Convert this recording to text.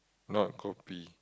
not kopi